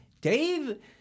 Dave